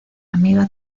amiga